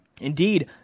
indeed